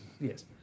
yes